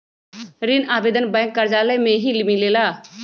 ऋण आवेदन बैंक कार्यालय मे ही मिलेला?